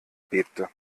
bebte